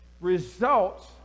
results